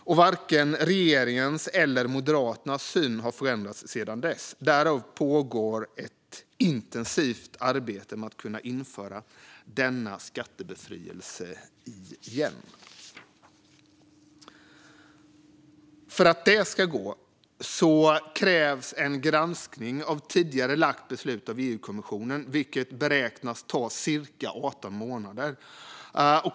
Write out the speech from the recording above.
Varken regeringens eller Moderaternas syn har förändrats sedan dess. Därför pågår ett intensivt arbete för att kunna införa denna skattebefrielse igen. För att detta ska gå krävs en granskning av EU-kommissionen av det tidigare framlagda förslaget, vilket beräknas ta cirka 18 månader.